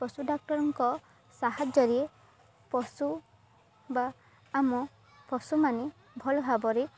ପଶୁ ଡାକ୍ତରଙ୍କ ସାହାଯ୍ୟରେ ପଶୁ ବା ଆମ ପଶୁମାନେ ଭଲ ଭାବରେ